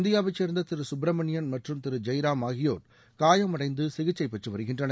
இந்தியாவைச் சேர்ந்த திரு கப்ரமணியன் மற்றும் திரு ஜெய்ராம் ஆகியோர் காயமடைந்து சிகிச்சைப்பெற்று வருகின்றனர்